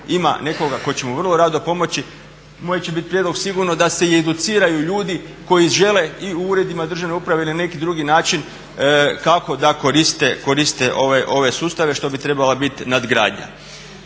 ima nekoga tko će mu vrlo rado pomoći. Moj će bit prijedlog sigurno da se i educiraju ljudi koji žele i u uredima državne uprave ili na neki drugi način kako da koriste ove sustave što bi trebala biti nadgradnja.